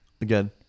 Again